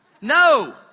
No